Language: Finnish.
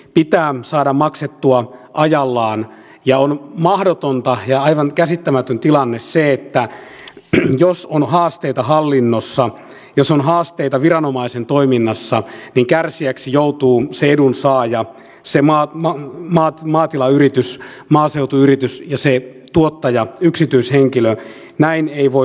pitää saada maksettua ajallaan ja on mahdotonta ja aivan käsittämätön tilanne se että jos on haasteita hallinnossa jos on haasteita viranomaisen toiminnassa pikärsijäksi joutuu edunsaaja se maa mo naatimaatilayritys maaseutuyritys ja sen tuottaja yksityishenkilöt näin ei voi